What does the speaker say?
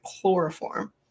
Chloroform